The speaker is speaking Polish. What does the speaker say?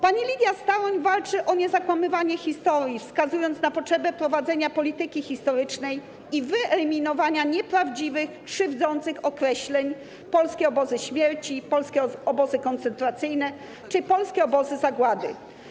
Pani Lidia Staroń walczy o niezakłamywanie historii, wskazując na potrzebę prowadzenia polityki historycznej i wyeliminowania nieprawdziwych, krzywdzących określeń: polskie obozy śmierci, polskie obozy koncentracyjne czy polskie obozy zagłady.